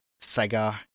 figure